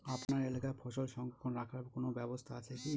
আপনার এলাকায় ফসল সংরক্ষণ রাখার কোন ব্যাবস্থা আছে কি?